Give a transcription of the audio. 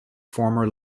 former